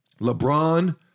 LeBron